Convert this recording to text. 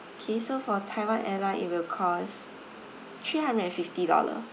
okay so for taiwan airline it will cost three hundred and fifty dollar